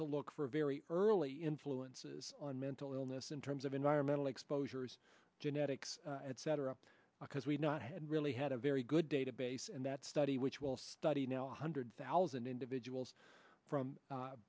to look for very early influences on mental illness in terms of environmental exposures genetics at cetera because we've not had really had a very good database and that study which will study now one hundred thousand individuals from